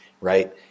Right